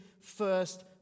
first